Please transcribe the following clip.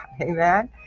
amen